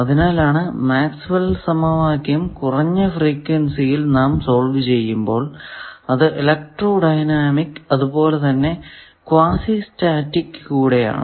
അതിനാൽ Maxwell സമവാക്യം Maxwell's equation കുറഞ്ഞ ഫ്രീക്വെൻസിയിൽ നാം സോൾവ് ചെയ്യുമ്പോൾ അത് ഇലക്ട്രോ ഡൈനാമിക് അതുപോലെ തന്നെ ക്വാസി സ്റ്റാറ്റിക് കൂടെ ആണ്